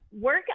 work